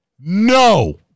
No